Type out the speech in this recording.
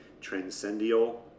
Transcendental